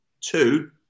Two